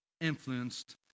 influenced